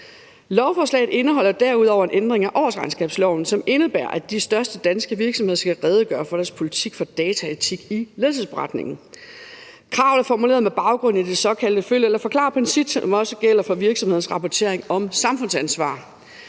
Lovforslaget indeholder derudover en ændring af årsregnskabsloven, som indebærer, at de største danske virksomheder skal redegøre for deres politik for dataetik i ledelsesberetningen. Kravet er formuleret med baggrund i det såkaldte følg eller forklar-princip, som også gælder for virksomhedens rapportering om samfundsansvar.